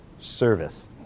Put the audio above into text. service